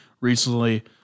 recently